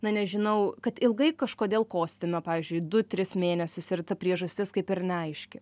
na nežinau kad ilgai kažkodėl kostime pavyzdžiui du tris mėnesius ir ta priežastis kaip ir neaiški